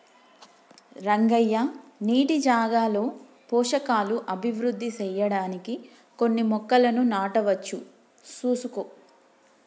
రంగయ్య నీటి జాగాలో పోషకాలు అభివృద్ధి సెయ్యడానికి కొన్ని మొక్కలను నాటవచ్చు సూసుకో